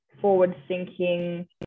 forward-thinking